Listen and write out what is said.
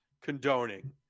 condoning